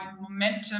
momentum